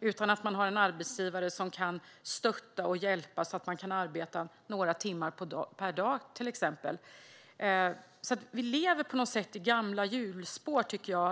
utan arbetsgivaren kanske kan stötta och hjälpa så att man kan jobba till exempel några timmar per dag. Vi är fast i gamla hjulspår, tycker jag.